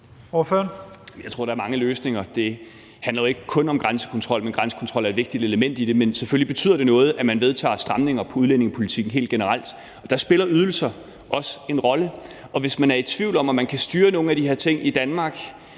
Jeg tror, der er mange løsninger. Det handler jo ikke kun om grænsekontrol. Grænsekontrol er et vigtigt element i det, men selvfølgelig betyder det noget, at man vedtager stramninger i udlændingepolitikken helt generelt, og der spiller ydelser også en rolle. Og hvis man er i tvivl om, om man i Danmark selv kan styre nogle af de her ting, så kan man